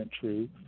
true